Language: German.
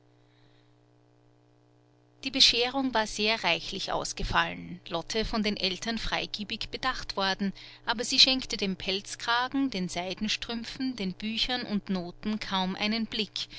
die bescherung war sehr reichlich ausgefallen lotte von den eltern freigebig bedacht worden aber sie schenkte dem pelzkragen den seidenstrümpfen den büchern und noten kaum einen blick